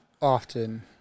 often